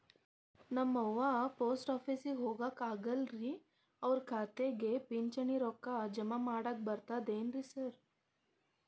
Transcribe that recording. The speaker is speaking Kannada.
ನಮ್ ಅವ್ವ ಪೋಸ್ಟ್ ಆಫೇಸಿಗೆ ಹೋಗಾಕ ಆಗಲ್ರಿ ಅವ್ರ್ ಖಾತೆಗೆ ಪಿಂಚಣಿ ರೊಕ್ಕ ಜಮಾ ಮಾಡಾಕ ಬರ್ತಾದೇನ್ರಿ ಸಾರ್?